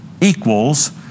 equals